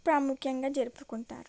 ప్రాముఖ్యంగా జరుపుకుంటారు